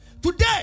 Today